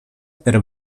per